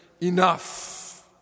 enough